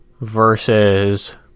versus